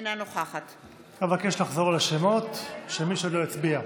אינה נוכחת אבקש לחזור על השמות של מי שלא הצביע.